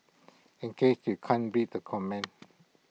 in case you can't read the comment